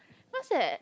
what's that